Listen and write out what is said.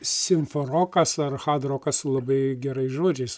simforokas ar hardrokas su labai gerais žodžiais